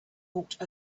walked